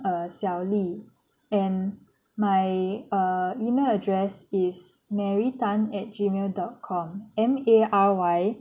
err xiao li and my err email address is mary tan at gmail dot com M A R Y